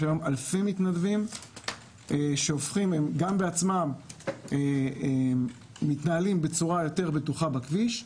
יש היום אלפי מתנדבים שהם בעצמם מתנהלים בצורה יותר בטוחה בכביש,